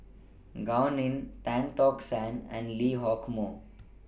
Gao Ning Tan Tock San and Lee Hock Moh